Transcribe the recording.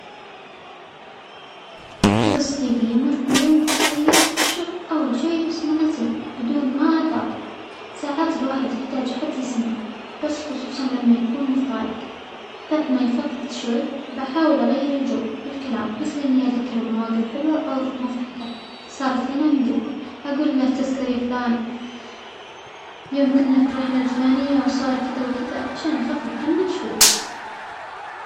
إذا صديجى مر بيوم سىء في الشغل، أول شيء بسمعها زين بدون ما أجاطع، ساعات الواحد يحتاج حد يسمعه بس خصوصا لما يكون مضايج، بعد ما يفضفض شوى بحاول أغير الجو بالكلام مثل إنى أذكره بمواجف حلوة أو ض-مضحكة صارت لنا من جبل، أجوله تذكر يا فلان يوم كنا في الرحلة الفلانية وصار كذا وكذا عشان أخفف عنه شوى.